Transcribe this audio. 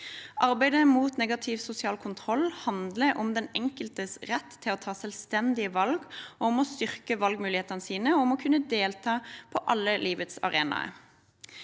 Arbeidet mot negativ sosial kontroll handler om den enkeltes rett til å ta selvstendige valg, om å styrke valgmulighetene sine og om å kunne delta på alle livets arenaer.